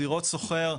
זירות סוחר.